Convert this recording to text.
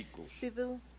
civil